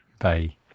Bye